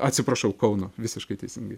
atsiprašau kauno visiškai teisingai